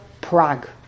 Prague